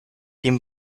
dem